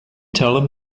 tell